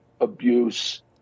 abuse